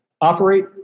operate